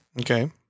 Okay